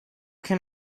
can